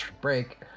break